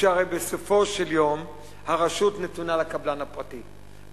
שהרי בסופו של יום הרשות נתונה לקבלן הפרטי.